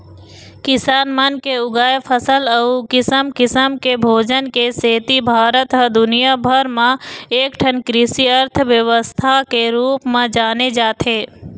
किसान मन के उगाए फसल अउ किसम किसम के भोजन के सेती भारत ह दुनिया भर म एकठन कृषि अर्थबेवस्था के रूप म जाने जाथे